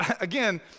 Again